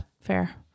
Fair